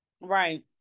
right